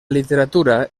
literatura